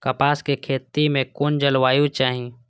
कपास के खेती में कुन जलवायु चाही?